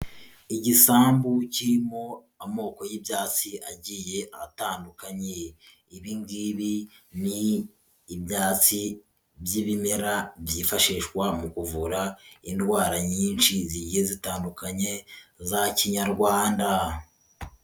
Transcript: Igisambu kirimo amoko y'ibyatsi agiye atandukanye, ibi ngibi ni ibyatsi by'ibimera byifashishwa mu kuvura indwara nyinshi zigiye zitandukanye za kinyarwanda.